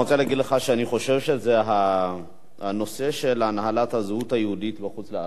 אני רוצה להגיד לך שאני חושב שהנושא של הנחלת הזהות היהודית בחוץ-לארץ,